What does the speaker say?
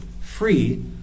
free